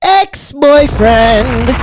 ex-boyfriend